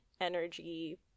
energy